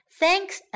thanks